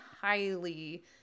highly